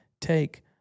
take